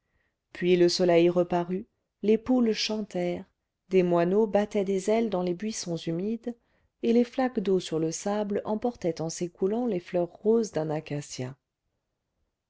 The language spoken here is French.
puis le soleil reparut les poules chantèrent des moineaux battaient des ailes dans les buissons humides et les flaques d'eau sur le sable emportaient en s'écoulant les fleurs roses d'un acacia